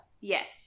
Yes